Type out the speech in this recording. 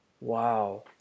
Wow